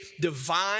divine